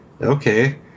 okay